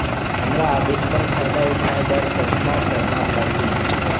हमला अधिकतम फायदा उठाय बर कतना करना परही?